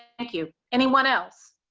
thank you, anyone else.